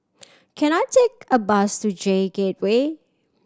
can I take a bus to J Gateway